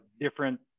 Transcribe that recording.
different